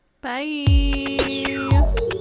Bye